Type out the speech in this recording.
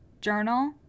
Journal